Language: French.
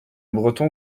bretons